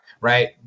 right